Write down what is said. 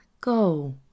Go